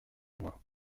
mois